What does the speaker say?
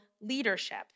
leadership